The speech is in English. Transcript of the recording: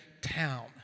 town